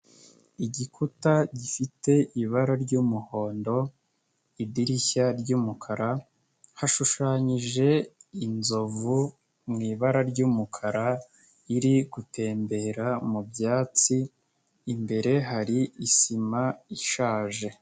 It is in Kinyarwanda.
Igikuta gifite ibara ry'umuhondo, idirishya ry'umukara, hashushanyije inzovu mu ibara ry'umukara iri gutembera mu byatsi, imbere hari isima ishaje.